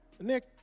Nick